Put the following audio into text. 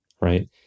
right